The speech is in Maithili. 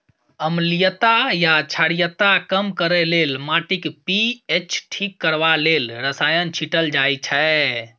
अम्लीयता या क्षारीयता कम करय लेल, माटिक पी.एच ठीक करबा लेल रसायन छीटल जाइ छै